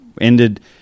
ended